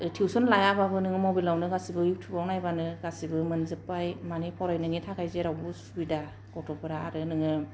tuition लायाबाबो नोङो मबाइलावनो गासिबो इउटुब आव नायबानो गासिबो मोनजोबबाय मानि फरायनायनि थाखाय जेरावबो सुबिदा गथ'फ्रा आरो नोङो